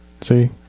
see